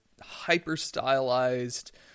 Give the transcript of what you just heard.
hyper-stylized